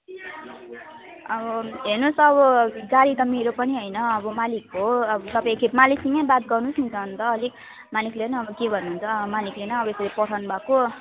अब हेर्नु होस् अब गाडी त मेरो पनि होइन अब मालिकको हो अब तपाईँ एक खेप मालिकसँग बात गर्नु होस् न त अन्त अलिक मालिकले नै अब के भन्नु हुन्छ मालिकले नै अब यसरी पठाउनु भएको